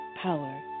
power